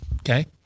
Okay